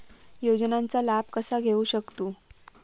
योजनांचा लाभ कसा घेऊ शकतू?